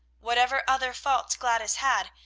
whatever other faults gladys had,